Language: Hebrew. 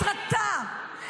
ייעוץ משפטי.